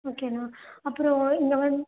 okay அண்ணா அப்புறம் இங்கே வந்த்